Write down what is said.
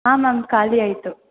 ಹಾಂ ಮ್ಯಾಮ್ ಖಾಲಿ ಆಯಿತು